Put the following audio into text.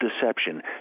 deception